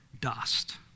Dust